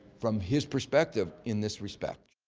from his perspective in this respect.